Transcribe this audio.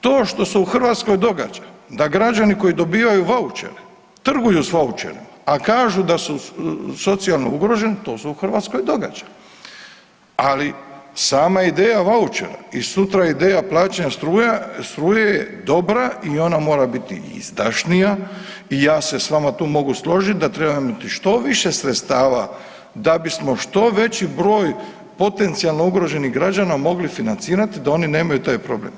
To što se u Hrvatskoj događa da građani koji dobijaju vaučere trguju s vaučerima, a kažu da su socijalno ugroženi, to se u Hrvatskoj događa, ali sama ideja vaučera i sutra ideja plaćanja struja, struje dobra i ona morati izdašnija i ja se s vama tu mogu složiti da trebamo imati što više sredstva da bismo što veći broj potencijalno ugroženih građana mogli financirati da oni nemaju taj problem.